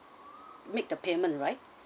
make the payment right